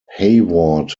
hayward